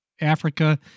Africa